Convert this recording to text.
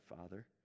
father